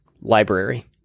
library